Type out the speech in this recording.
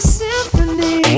symphony